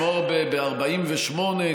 כמו ב-48',